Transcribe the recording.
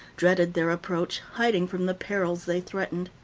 dreaded their approach, hiding from the perils they threatened.